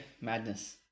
madness